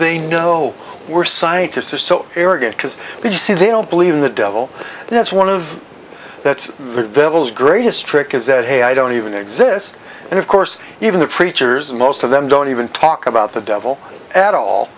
they know we're scientists are so arrogant because we see they don't believe in the devil that's one of that's the devil's greatest trick is that hey i don't even exist and of course even the preachers most of them don't even talk about the devil at all